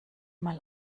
mal